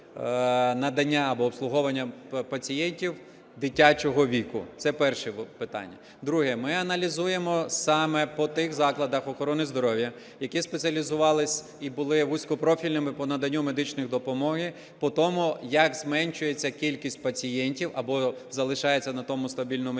надання або обслуговування пацієнтів дитячого віку. Це перше питання. Друге. Ми аналізуємо саме по тих закладах охорони здоров'я, які спеціалізувалися і були вузькопрофільними по наданню медичної допомоги, по тому як зменшується кількість пацієнтів або залишається на тому стабільному рівні